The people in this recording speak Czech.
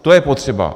To je potřeba.